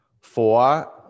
four